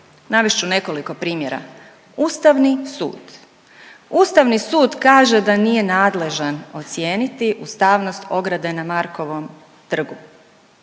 Navest ću nekoliko primjera. Ustavni sud. Ustavni sud kaže da nije nadležan ocijeniti ustavnost ograde na Markovom trgu